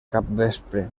capvespre